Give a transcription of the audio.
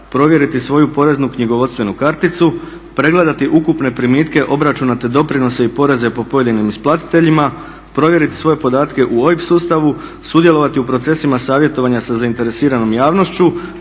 provjeriti svoju poreznu knjigovodstvenu karticu, pregledati ukupne primitke obračuna te doprinosa i poreze po pojedinim isplatiteljima, provjeriti svoje podatke u OIB sustavu, sudjelovati u procesima savjetovanja za zainteresiranom javnošću,